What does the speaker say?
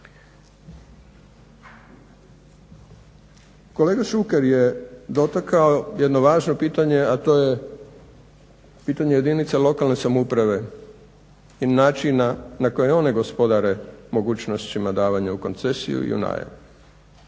Kolega Šuker je dotakao jedno važno pitanje, a to je pitanje jedinica lokalne samouprave i načina na koje one gospodare mogućnošću davanja u koncesiju i u najam